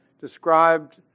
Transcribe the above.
described